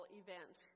events